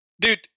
Dude